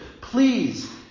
Please